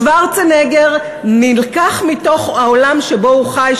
שוורצנגר נלקח מתוך העולם שבו הוא חי,